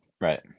right